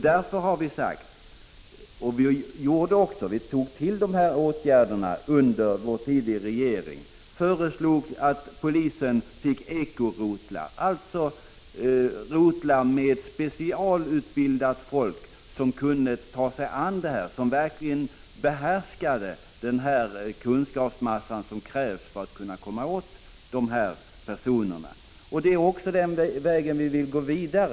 Vi vidtog också sådana åtgärder under vår tid i regeringsställning. Vi föreslog att polisen skulle få eko-rotlar, dvs. rotlar med specialutbildat folk som verkligen hade den kunskap som krävs för att 55 komma åt dessa personer. Det är också den väg på vilken vi vill gå vidare.